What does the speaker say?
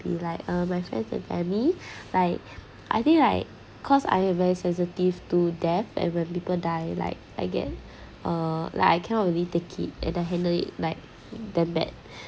be like uh my friends in panic like I think like cause I am very sensitive to death and when people die like I get uh like l cannot really take it and handle it like damn bad